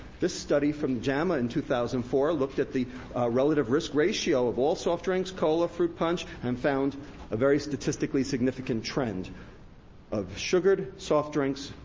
this study from jama in two thousand and four looked at the relative risk ratio of all soft drinks, cola, fruit punch, and found a very statistically significant trend of sugared soft drinks,